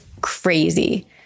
crazy